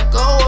go